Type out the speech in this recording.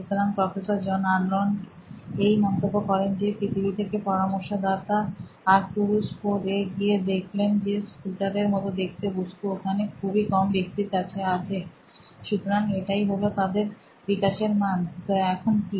সুতরাং professor John Arnold এই মন্তব্য করেন যে পৃথিবী থেকে পরামর্শদাতা আর্কটুরুস IV এ গিয়ে দেখলেন যে স্কুটার এর মত দেখতে বস্তু ওখানে খুবই কম ব্যক্তির কাছে আছে সুতরাং এটাই হলো তাদের বিকাশের মান তো এখন কি